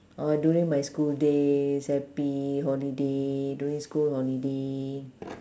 oh during my school days happy holiday during school holiday